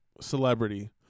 celebrity